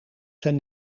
zijn